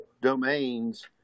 domains